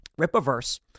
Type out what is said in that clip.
Ripaverse